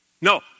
No